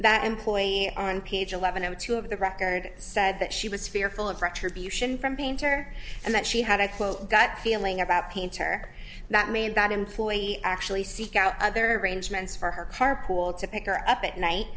that employee on page eleven of two of the record said that she was fearful of retribution from painter and that she had a quote gut feeling about painter that made that employee actually seek out other arrangements for her carpool to pick her up at night